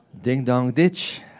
Ding-dong-ditch